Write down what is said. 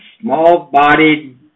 small-bodied